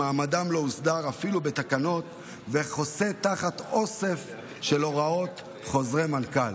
שמעמדם לא הוסדר אפילו בתקנות וחוסה תחת אוסף של הוראות חוזרי מנכ"ל.